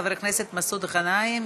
חבר הכנסת מסעוד גנאים,